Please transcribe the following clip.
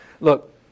Look